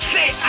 Say